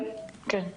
כן.